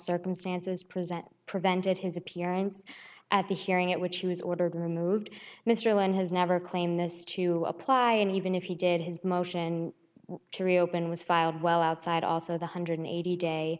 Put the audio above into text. circumstances present prevented his appearance at the hearing at which he was ordered removed mr allen has never claimed this to apply and even if he did his motion to reopen was filed well outside also the hundred eighty day